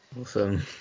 Awesome